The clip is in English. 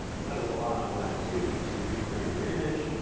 so that's a lot of latitude to reframe your image,